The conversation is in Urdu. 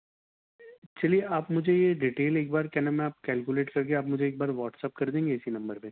چلیے آپ مجھے یہ ڈیٹیل ایک بار کیا نام ہے آپ کیلکولیٹ کر کے آپ مجھے ایک بار واٹس ایپ کر دیں گے اسی نمبر پہ